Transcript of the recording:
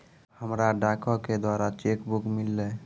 हमरा डाको के द्वारा हमरो चेक बुक मिललै